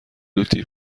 لوتی